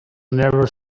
never